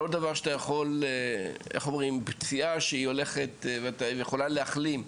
פציעה שיכולה להחלים.